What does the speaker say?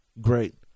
great